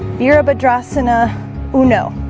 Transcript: you're up a drisana uno